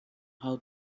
how